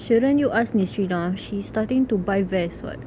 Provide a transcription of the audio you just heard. shouldn't you ask nishreena she's starting to buy vest [what]